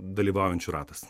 dalyvaujančių ratas